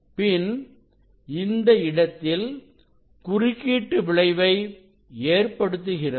பின் இந்த இடத்தில் குறுக்கிட்டு விளைவை ஏற்படுத்துகிறது